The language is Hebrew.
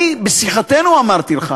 בשיחתנו אמרתי לך